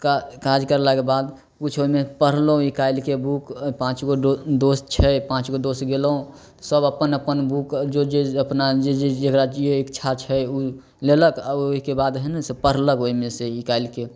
का काज करलाके बाद किछु ओहिमे पढ़लहुॅं निकालिके बुक पाँचगो दोस्त छै पाँचगो दोस्त गेलहुॅं सब अपन अपन बुक जे जे अपना जे जे जेकरा जे इच्छा छै ओ लेलक आ ओहिकेबाद है ने से पढ़लक ओहिमे से निकालिके